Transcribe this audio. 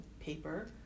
paper